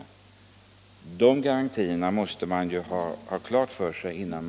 Sådana garantier måste man ha innan man fattar ett beslut.